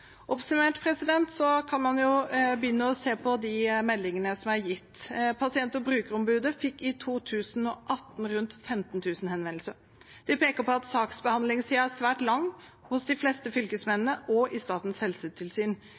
Oppsummert kan man jo begynne å se på de meldingene som er gitt. Pasient- og brukerombudene fikk i 2018 rundt 15 000 henvendelser. De peker på at saksbehandlingstiden er svært lang hos de fleste fylkesmennene og i Statens helsetilsyn.